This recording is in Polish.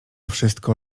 wszystko